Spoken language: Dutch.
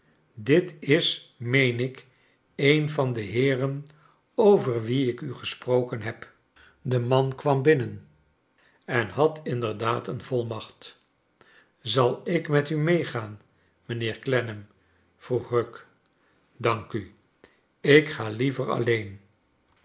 dit is meen ik een van de heeren over wic ik u gesproken heb de man kwam binnen en had inderdaad een volmacht zal ik met u meegaan mijnheer clennam vroeg rugg dank u ik ga liever aliecn